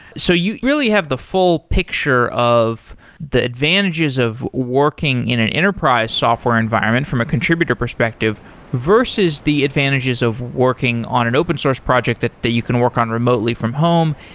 so you really have the full picture of the advantages of working in an enterprise software environment from a contributor perspective versus the advantages of working on an open source project that that you can work on remotely from home.